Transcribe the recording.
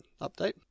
update